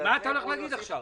מה אתה הולך להגיד עכשיו?